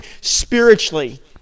spiritually